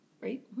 Right